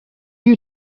you